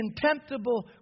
contemptible